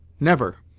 never.